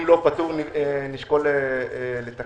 אם לא פטור, נשקול לתקן.